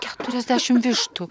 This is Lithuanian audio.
keturiasdešim vištų